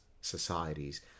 societies